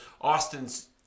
Austin's